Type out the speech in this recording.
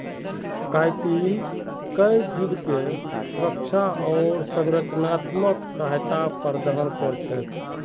chitin कई जीवके सुरक्षा आर संरचनात्मक सहायता प्रदान कर छेक